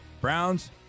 Browns